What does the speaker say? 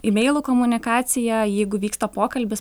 imeilu komunikacija jeigu vyksta pokalbis